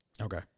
Okay